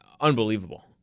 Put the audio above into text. Unbelievable